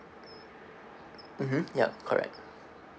mmhmm yup correct